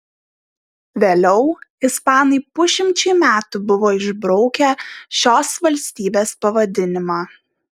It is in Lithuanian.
vėliau ispanai pusšimčiui metų buvo išbraukę šios valstybės pavadinimą